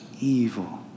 Evil